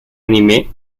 anime